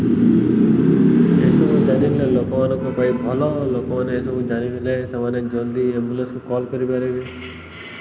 ଏସବୁ ଜାଣିଲେ ଲୋକମାନଙ୍କ ପାଇଁ ଭଲ ଲୋକମାନେ ଏସବୁ ଜାଣିଲେ ସେମାନେ ଜଲ୍ଦି ଆମ୍ବୁଲେନ୍ସ୍କୁ କଲ୍ କରିପାରିବେ